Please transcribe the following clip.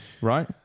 right